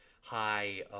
high